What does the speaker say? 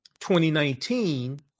2019